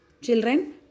Children